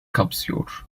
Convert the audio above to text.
kapsıyor